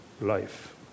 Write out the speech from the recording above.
life